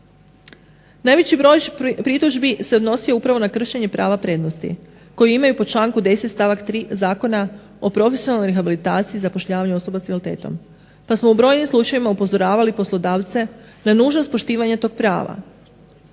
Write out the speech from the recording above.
Najveći broj pritužbi se odnosio upravo na kršenje prava prednosti koji imaju po članku 10. stavak 3. Zakona o profesionalnoj rehabilitaciji i zapošljavanju osoba sa invaliditetom, pa smo u brojnim slučajevima upozoravali poslodavci na nužnost poštivanja tog prava.